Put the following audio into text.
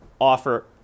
offer